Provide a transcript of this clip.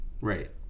right